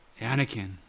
Anakin